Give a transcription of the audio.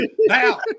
Now